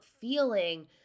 feeling